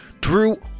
Drew